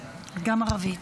גם ערבית.